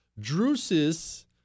Drusus